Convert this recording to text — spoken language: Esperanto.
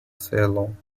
celon